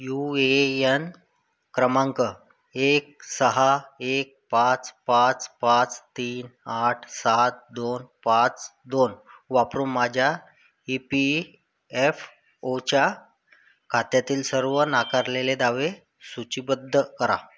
you A N क्रमांक एक सहा एक पाच पाच पाच तीन आठ सात दोन पाच दोन वापरून माझ्या ई पी एफ ओच्या खात्यातील सर्व नाकारलेले दावे सूचीबद्ध करा